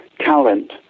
talent